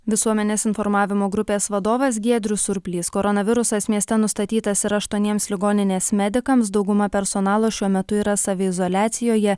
visuomenės informavimo grupės vadovas giedrius surplys koronavirusas mieste nustatytas ir aštuoniems ligoninės medikams dauguma personalo šiuo metu yra saviizoliacijoje